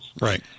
Right